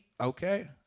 Okay